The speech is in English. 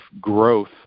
growth